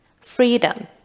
freedom